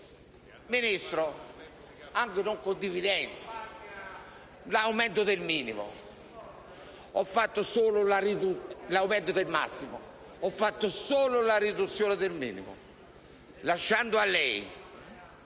Ministro, anche non condividendo l'aumento del massimo, ho chiesto solo la riduzione del minimo lasciando a lei,